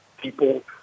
people